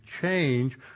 change